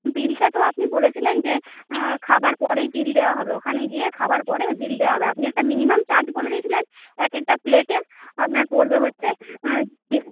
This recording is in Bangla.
বিলটা তো আপনি বলেছিলেন যে খাবার পরেই বিল দেওয়া হবে ওখানে গিয়ে খাবার পরে বিল দেওয়া হবে আপনি একটা মিনিমাম চার্জ বলে দিয়েছিলেন এক একটা প্লেটে আপনার পড়বে হচ্ছে দিয়ে